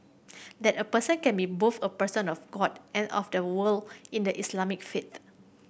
that a person can be both a person of God and of the world in the Islamic faith